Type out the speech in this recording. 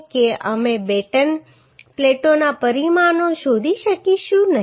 કે અમે બેટન પ્લેટોના પરિમાણો શોધી શકીશું નહીં